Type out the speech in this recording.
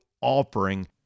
offering